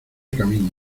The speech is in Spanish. camino